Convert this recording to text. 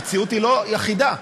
המציאות לא אחידה,